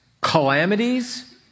calamities